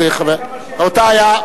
רבותי,